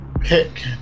pick